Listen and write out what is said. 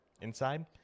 Inside